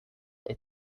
est